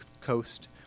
coast